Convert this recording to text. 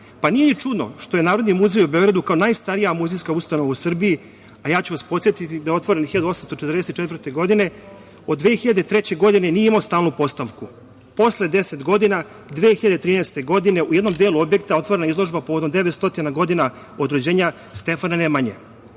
ni čudno što je Narodni muzej u Beogradu kao najstarija muzejska ustanova u Srbiji, a ja ću vas podsetiti da je otvoren 1844. godine, od 2003. godine nije imao stalnu postavku. Posle 10 godina, 2013. godine u jednom delu objekta otvorena je izložba povodom 900 godina od rođenja Stefana Nemanje.